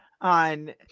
on